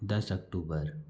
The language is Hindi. दस अक्टूबर